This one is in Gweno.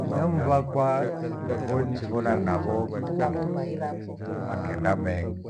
Binamu vyaka ngevo nchivona navo makenda mengi,